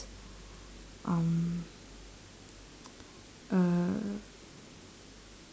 um a